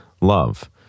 love